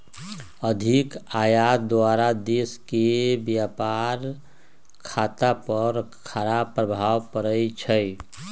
अधिक आयात द्वारा देश के व्यापार खता पर खराप प्रभाव पड़इ छइ